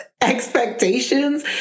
expectations